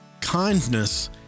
Kindness